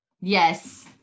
yes